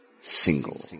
Single